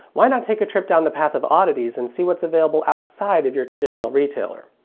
why not take a trip down the path of oddities and see what's available outside of your traditional retailer.